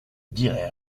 dirai